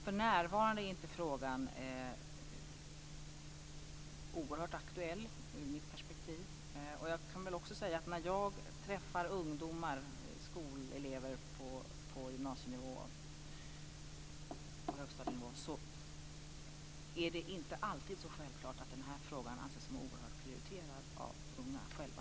För närvarande är inte frågan så oerhört aktuell ur mitt perspektiv. Jag kan väl också säga att när jag träffar ungdomar, skolelever på gymnasienivå och högstadienivå, är det inte alltid så självklart att den här frågan anses som oerhört prioriterad av de unga själva.